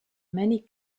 many